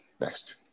Next